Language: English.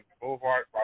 Boulevard